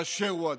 באשר הוא אדם.